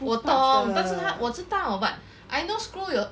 我懂但是他我知道 but I know screw 有